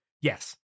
Yes